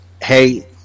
hey